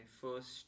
First